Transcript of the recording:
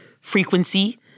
frequency